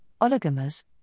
oligomers